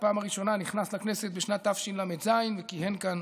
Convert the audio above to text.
בפעם הראשונה נכנס לכנסת בשנת תשל"ז וכיהן כאן